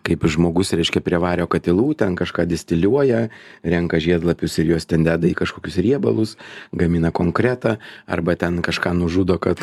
kaip žmogus reiškia prie vario katilų ten kažką distiliuoja renka žiedlapius ir juos ten deda į kažkokius riebalus gamina konkretą arba ten kažką nužudo kad